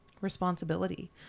responsibility